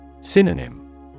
Synonym